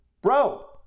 Bro